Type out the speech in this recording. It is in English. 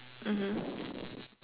mmhmm